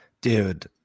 Dude